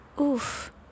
oof